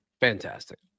Fantastic